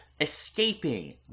escaping